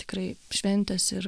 tikrai šventės ir